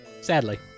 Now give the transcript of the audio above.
sadly